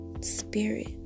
spirit